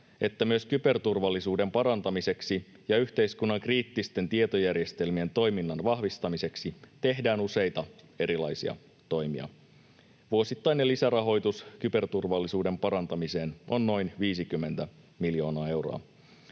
että myös kyberturvallisuuden parantamiseksi ja yhteiskunnan kriittisten tietojärjestelmien toiminnan vahvistamiseksi tehdään useita erilaisia toimia. Vuosittainen lisärahoitus kyberturvallisuuden parantamiseen on noin 50 miljoonaa euroa.